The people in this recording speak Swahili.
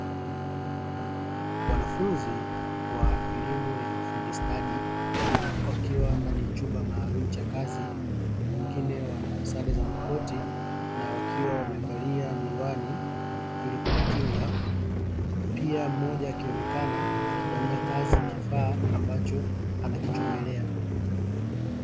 Wanafunzi wa elimu ya ufundi stadi wakiwa ndani ya chumba maalum cha kazi, wengine wanasare za makoti na wakiwa wamevalia makoti ili kujikinga, pia mmoja akionekana akifanyia kazi kifaa achambacho anakichomelea.